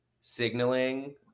signaling